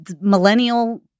millennial